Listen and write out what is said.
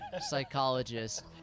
psychologist